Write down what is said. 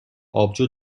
آبجو